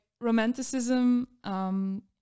romanticism